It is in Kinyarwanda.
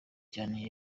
cyane